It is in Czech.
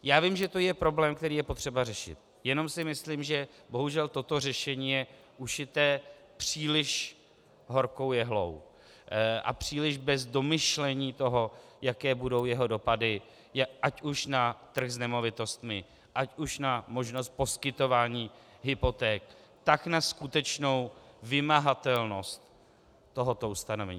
Já vím, že to je problém, který je potřeba řešit, jenom si myslím, že bohužel toto řešení je ušité příliš horkou jehlou a příliš bez domyšlení toho, jaké budou jeho dopady ať už na trh s nemovitostmi, ať už na možnost poskytování hypoték, tak na skutečnou vymahatelnost tohoto ustanovení.